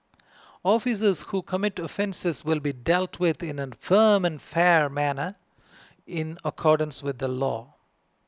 officers who commit offences will be dealt with in a firm and fair manner in accordance with the law